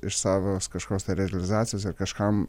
iš savo skažkoks tai realizacijos ir kažkam